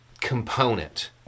component